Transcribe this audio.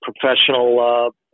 professional